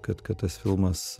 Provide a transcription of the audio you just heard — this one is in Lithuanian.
kad kad tas filmas